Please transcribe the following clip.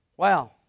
Wow